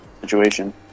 situation